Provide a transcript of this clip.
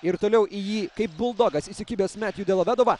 ir toliau į jį kaip buldogas įsikibęs metju delovedova